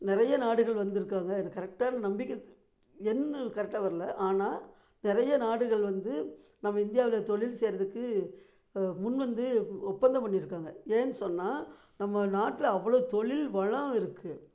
நிறைய நாடுகள் வந்திருக்காங்க எனக்கு கரெக்டான நம்பிக்கை எண்கள் கரெக்டாக வரலை ஆனால் நிறைய நாடுகள் வந்து நம்ம இந்தியாவில் தொழில் செய்கிறதுக்கு முன்வந்து ஒப்பந்தம் பண்ணியிருக்காங்க ஏன்னு சொன்னால் நம்ம நாட்டில் அவ்வளோ தொழில் வளம் இருக்குது